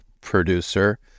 producer